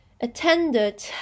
attended